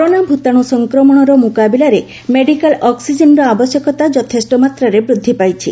corona ଭୂତାଣୁ ସଫକ୍ରମଣର ମୁକାବିଲାରେ ମେଡ଼ିକାଲ ଅକ୍ନିଜେନ୍ର ଆବଶ୍ୟକତା ଯଥେଷ୍ଟ ମାତ୍ରାରେ ବୃଦ୍ଧି ପାଇଛି